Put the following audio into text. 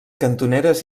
cantoneres